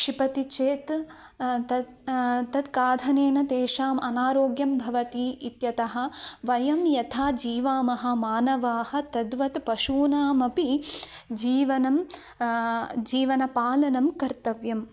क्षिपति चेत् तत् तत् खादनेन तेषाम् अनारोग्यं भवति इत्यतः वयं यथा जीवामः मानवाः तद्वत् पशूनामपि जीवनं जीवनपालनं कर्तव्यम्